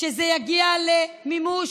כשזה יגיע למימוש,